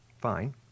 fine